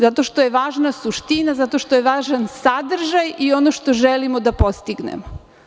Zato što je važna suština, zato što je važan sadržaj i ono što želimo da postignemo.